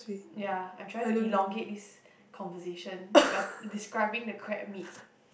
ya I'm trying to elongate this conversation by describing the crab meat